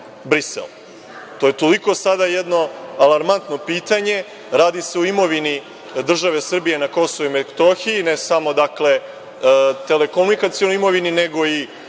To je toliko sada jedno alarmantno pitanje. Radi se o imovini države Srbije na Kosovu i Metohiji, ne samo, dakle, telekomunikacionoj imovini, nego i „Trepči“,